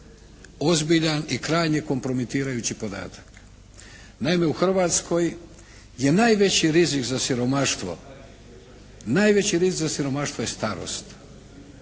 ozbiljan i krajnje kompromitirajući podatak. Naime, u Hrvatskoj je najveći rizik za siromaštvo, najveći rizik za siromaštvo je starost.